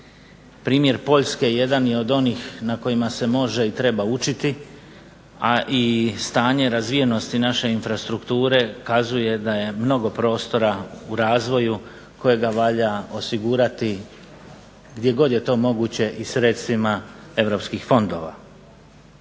Primjer Poljske jedan je od onih na kojima se može i treba učiti, a i stanje razvijenosti naše infrastrukture ukazuje da je mnogo prostora u razvoju kojega valja osigurati gdje god je to moguće i sredstvima europskih fondova.